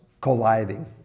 colliding